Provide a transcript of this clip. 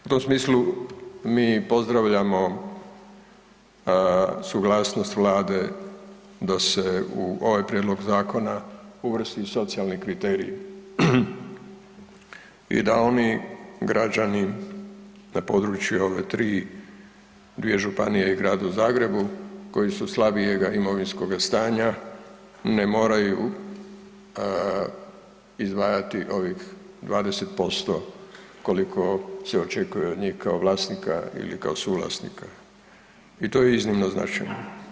U tom smislu mi pozdravljamo suglasnost vlade da se u ovaj prijedlog zakona uvrsti socijalni kriteriji i da oni građani na području ove tri, dvije županije i u gradu Zagrebu koji su slabijega imovinskog stanja, ne moraju izdvajati ovih 20% koliko se očekuje od njih kao vlasnika ili suvlasnika i to je iznimno značajno.